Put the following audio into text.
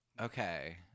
Okay